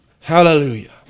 Hallelujah